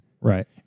Right